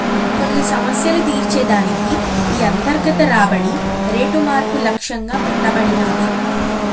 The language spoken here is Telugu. కొన్ని సమస్యలు తీర్చే దానికి ఈ అంతర్గత రాబడి రేటు మార్పు లక్ష్యంగా పెట్టబడినాది